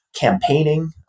campaigning